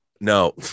No